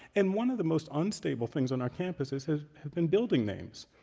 and one of the most unstable things on our campuses has been building names.